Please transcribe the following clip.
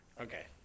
Okay